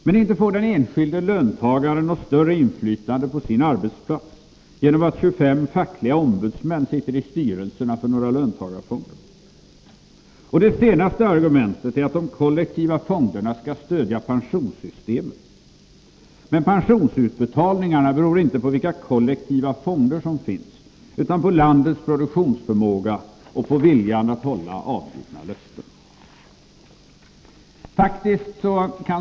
Men inte får den enskilde löntagaren större inflytande på sin arbetsplats genom att 25 fackliga ombudsmän sitter i styrelserna för några löntagarfonder. Det senaste argumentet är att de kollektiva fonderna skall stödja pensionssystemet. Men pensionsutbetalningarna beror inte på vilka kollektiva fonder som finns utan på landets produktionsförmåga och på viljan att hålla avgivna löften.